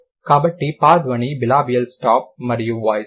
కాబట్టి ప ధ్వని బిలబియల్ స్టాప్ మరియు వాయిస్లెస్